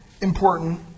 important